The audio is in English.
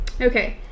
Okay